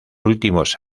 últimos